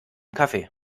kaffee